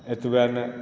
एतबा नहि